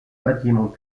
bâtiments